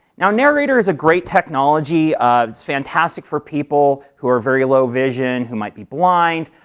now, narrator is a great technology. um it's fantastic for people who are very low vision, who might be blind.